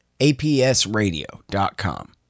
APSRadio.com